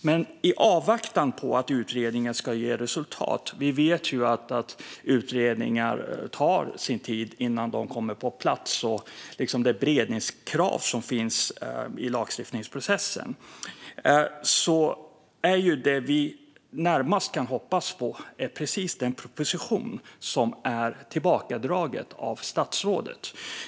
Men i avvaktan på att utredningen ska ge resultat - vi vet att utredningar tar sin tid innan de kommer på plats - och med tanke på beredningskravet i lagstiftningsprocessen är det vi närmast kan hoppas på precis den proposition som har dragits tillbaka av statsrådet.